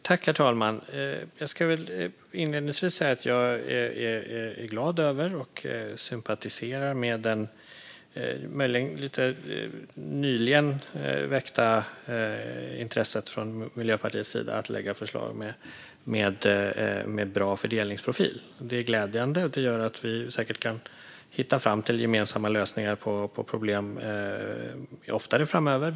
Herr talman! Jag ska inledningsvis säga att jag är glad över och sympatiserar med det möjligen lite nyligen väckta intresset från Miljöpartiets sida för att lägga fram förslag med en bra fördelningsprofil. Det är glädjande, och det gör att vi säkert kan hitta fram till gemensamma lösningar på problem oftare framöver.